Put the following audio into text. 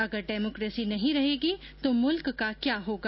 अगर डेमोकेसी नहीं रहेगी तो मुल्क का क्या होगा